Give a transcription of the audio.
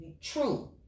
true